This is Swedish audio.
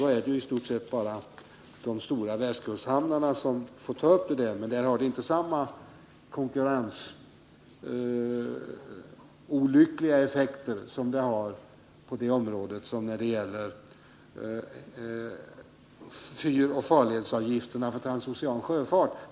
Då är det i stort sett bara de stora västkusthamnarna som blir aktuella, men detta får inte samma negativa effekter från konkurrenssynpunkt som när det gäller fyroch farledsvaruavgifterna för transocean sjöfart.